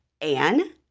Anne